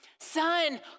son